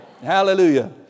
Hallelujah